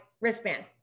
wristband